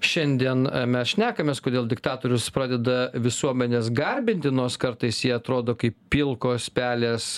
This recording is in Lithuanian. šiandien mes šnekamės kodėl diktatorius pradeda visuomenės garbinti nors kartais jie atrodo kaip pilkos pelės